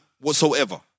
whatsoever